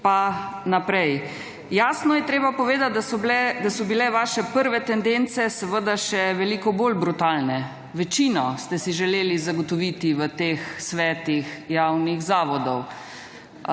pa naprej. Jasno je treba povedati, da so bile vaše prve tendence seveda še veliko bolj brutalne. Večino ste si želeli zagotoviti v teh svetih javnih zavodov.